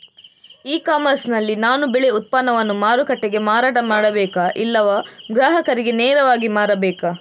E commerce ನಲ್ಲಿ ನಾನು ಬೆಳೆ ಉತ್ಪನ್ನವನ್ನು ಮಾರುಕಟ್ಟೆಗೆ ಮಾರಾಟ ಮಾಡಬೇಕಾ ಇಲ್ಲವಾ ಗ್ರಾಹಕರಿಗೆ ನೇರವಾಗಿ ಮಾರಬೇಕಾ?